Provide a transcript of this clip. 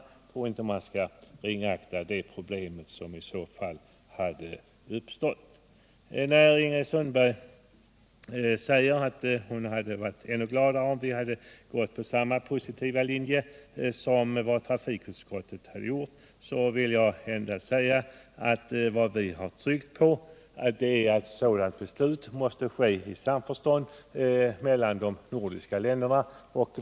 Jag tror inte man skall nonchalera de problem som i så fall hade uppstått. Ingrid Sundberg säger att hon hade varit ännu gladare om vi gått på samma positiva linje som trafikutskottet. Då vill jag säga att vi har ansett att ett sådant beslut måste ske i samförstånd mellan de nordiska länderna.